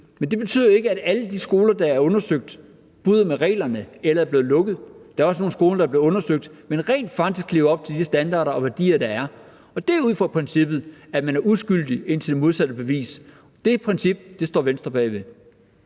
Men det betyder jo ikke, at alle de skoler, der er undersøgt, bryder med reglerne eller er blevet lukket. Der er også nogle skoler, der er blevet undersøgt, men rent faktisk lever op til de standarder og værdier, der er. Det er ud fra princippet, at man er uskyldig, indtil det modsatte er bevist, og det princip står Venstre bag.